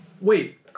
Wait